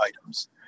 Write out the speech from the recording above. items